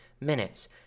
minutes